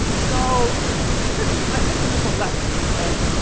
so this is i think this is a lesson okay,